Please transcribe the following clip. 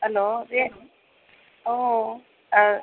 hello ಏನು